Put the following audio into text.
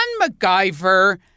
MacGyver